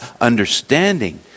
understanding